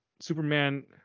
superman